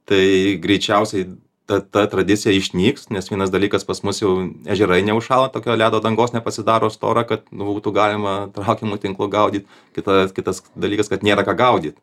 tai greičiausiai ta ta tradicija išnyks nes vienas dalykas pas mus jau ežerai neužšąla tokio ledo dangos nepasidaro stora kad būtų galima traukiamu tinklu gaudyt kitoje kitas dalykas kad nėra ką gaudyt